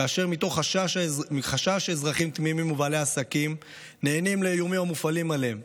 כאשר מתוך חשש אזרחים תמימים ובעלי עסקים נענים לאיומים המופעלים עליהם,